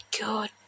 good